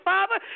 Father